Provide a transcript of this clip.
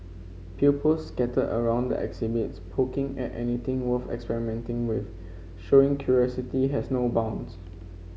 pupils scattered around the exhibits poking at anything worth experimenting with showing curiosity has no bounds